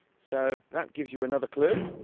so that gives you another clue